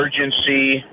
urgency